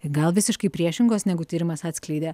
gal visiškai priešingos negu tyrimas atskleidė